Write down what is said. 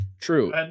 true